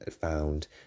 found